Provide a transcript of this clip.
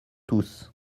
tous